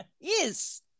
Yes